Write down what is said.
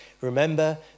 Remember